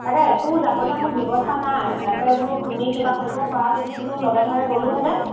তাকে একো যাবলৈ মোৰ ব্যৱস্থা নাই তাকে বোলো তুমি কিবা কৰিব পাৰা যদি বোলো লগে ভাগে গ'লোঁহেতেন